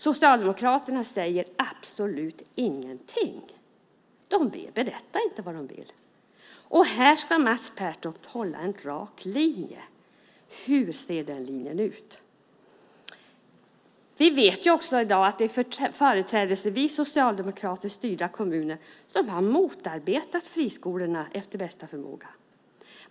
Socialdemokraterna säger absolut ingenting. De berättar inte vad de vill. Och här ska Mats Pertoft hålla en rak linje. Hur ser den linjen ut? Vi vet ju också i dag att det företrädesvis är socialdemokratiskt styrda kommuner som har motarbetat friskolorna efter bästa förmåga.